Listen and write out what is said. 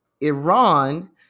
Iran—